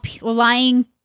lying